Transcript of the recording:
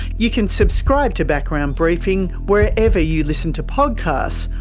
you can subscribe to background briefing wherever you listen to podcasts,